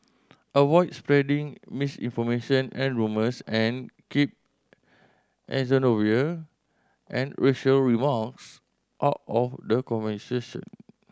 avoid spreading misinformation and rumours and keep xenophobia and racial remarks out of the conversation